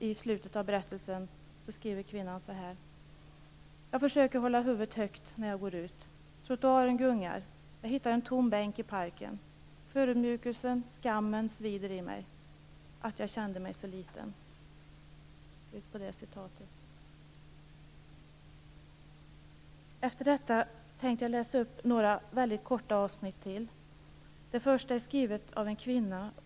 I slutet av berättelsen skriver kvinnan så här: Jag försöker hålla huvudet högt när jag går ut. Trottoaren gungar. Jag hittar en tom bänk i parken. Förödmjukelsen, skammen, svider i mig. Att jag kände mig så liten. Efter detta tänkte jag läsa upp några mycket korta avsnitt. Det första är skrivet av en kvinna.